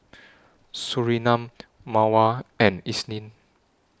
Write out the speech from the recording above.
Surinam Mawar and Isnin